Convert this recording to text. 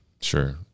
Sure